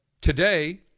today